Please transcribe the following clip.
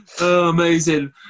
Amazing